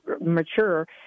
mature